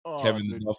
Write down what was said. Kevin